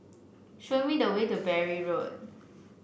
show me the way to Bury Road